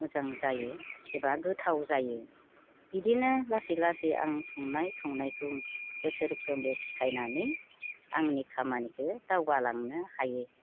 मोजां जायो एबा गोथाव जायो बिदिनो लासै लासै आं संनाय खावनायखौ बोसोरफ्रोमबो सिखायनानै आंनि खामानिखौ दावगालांनो हायो